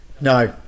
No